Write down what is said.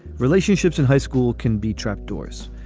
relationships in high school can be trap doors.